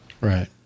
right